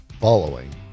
following